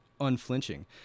unflinching